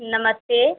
नमस्ते